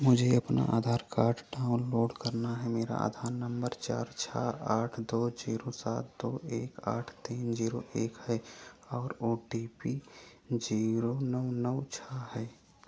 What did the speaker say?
मुझे अपना Aadhaar card download करना है मेरा आधार नम्बर चार छह आठ दो जीरो सात दो एक आठ तीन जीरो एक है और ओ टी पी जीरो नौ नौ छह है